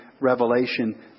Revelation